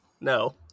No